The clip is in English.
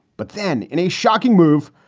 but then in a shocking move,